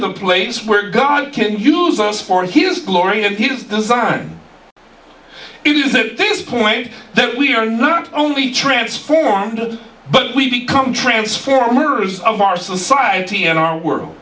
the place where god can use us for his glory and he didn't design it is at this point that we are not only transformed but we become transformers of our society and our world